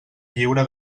lliure